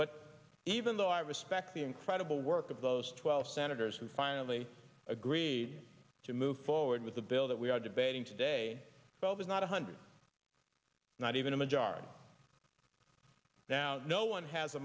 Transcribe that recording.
but even though i respect the incredible work of those twelve senators who finally agreed to move forward with the bill that we are debating today is not one hundred not even a majority now no one has a